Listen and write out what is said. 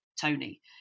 Tony